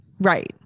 right